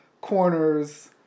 corners